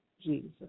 Jesus